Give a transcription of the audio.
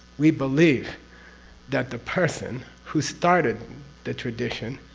we believe that the person who started the tradition